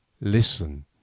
Listen